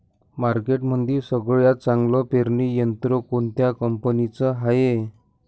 मार्केटमंदी सगळ्यात चांगलं पेरणी यंत्र कोनत्या कंपनीचं हाये?